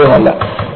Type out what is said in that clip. ഇത് സാധ്യമല്ല